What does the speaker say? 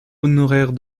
honoraire